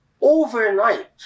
Overnight